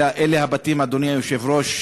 אלה הבתים, אדוני היושב-ראש,